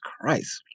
Christ